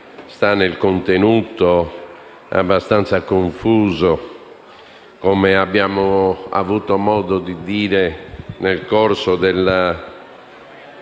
suo contenuto, abbastanza confuso, come abbiamo avuto modo di dire nel corso